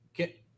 okay